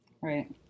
right